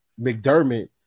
McDermott